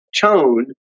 tone